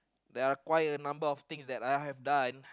there are quite a number of things that I have done